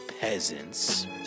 peasants